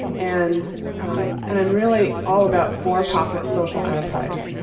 and um and i'm really all about for-profit social enterprise.